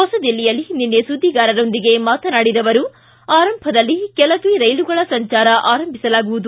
ಹೊಸದಿಲ್ಲಿಯಲ್ಲಿ ನಿನ್ನೆ ಸುದ್ದಿಗಾರರೊಂದಿಗೆ ಮಾತನಾಡಿದ ಅವರು ಅರಂಭದಲ್ಲಿ ಕೆಲವೇ ರೈಲುಗಳ ಸಂಚಾರ ಆರಂಭಿಸಲಾಗುವುದು